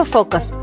Focus